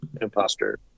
Imposter